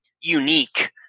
unique